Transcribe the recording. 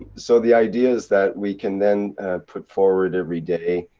so, the idea's that we can then put forward every day,